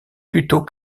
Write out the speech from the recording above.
plutôt